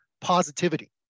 positivity